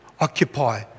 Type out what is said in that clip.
occupy